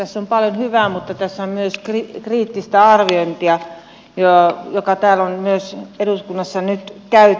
tässä on paljon hyvää mutta tässä on myös kriittistä arviointia jota täällä on myös eduskunnassa nyt käyty